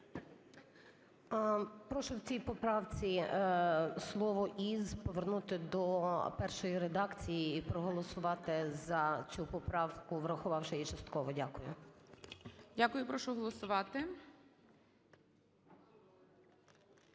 Прошу в цій поправці слово "із" повернути до першої редакції і проголосувати за цю поправку, врахувавши її частково. Дякую. ГОЛОВУЮЧИЙ. Дякую. Прошу голосувати.